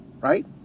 right